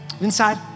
Inside